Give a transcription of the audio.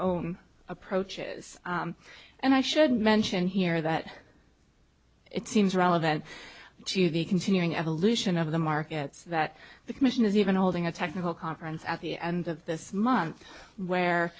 own approaches and i should mention here that it seems relevant t v continuing evolution of the markets that the commission is even holding a technical conference at the end of this month where